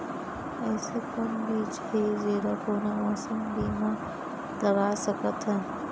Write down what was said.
अइसे कौन बीज हे, जेला कोनो मौसम भी मा लगा सकत हन?